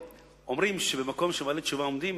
אומרים שבמקום שבעלי תשובה עומדים,